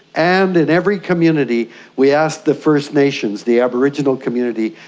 and in every community we asked the first nations, the aboriginal community,